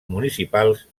municipals